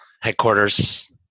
headquarters